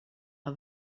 are